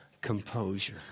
composure